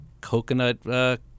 coconut